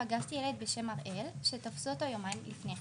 פגשתי ילד בשם הראל שתפסו אותו יומיים לפני כן.